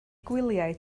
gwyliau